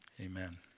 Amen